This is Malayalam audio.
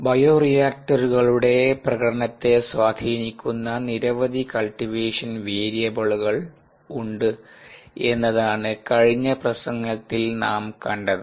ബയോ റിയാക്ടറുകളുടെ പ്രകടനത്തെ സ്വാധീനിക്കുന്ന നിരവധി കൾടിവേഷൻ വേരിയബിളുകൾ ഉണ്ട് എന്നതാണ് കഴിഞ്ഞ പ്രസംഗത്തിൽ നാം കണ്ടത്